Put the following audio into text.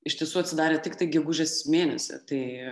iš tiesų atsidarė tiktai gegužės mėnesį tai